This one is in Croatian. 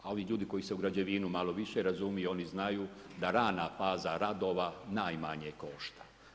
A ovi ljudi koji se u građevinu malo više razumiju, oni znaju, da rana faza radova najmanje košta.